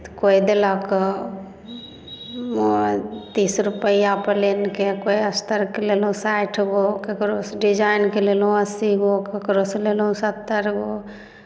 कोइ देलक तीस रुपैआ प्लेनके कोइ अस्तरके लेलहुँ साठि गो ककरोसँ डिजाइनके लेलहुँ अस्सी गो ककरोसँ लेलहुँ सत्तरि गो